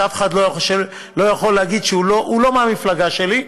הוא לא מהמפלגה שלי,